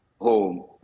home